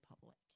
public